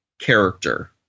character